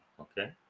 Okay